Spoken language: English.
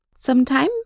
sometime